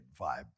vibe